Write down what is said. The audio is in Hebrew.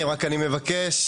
בבקשה.